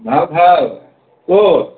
ভাল ভাল ক'ত